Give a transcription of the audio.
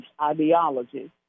ideology